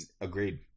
Agreed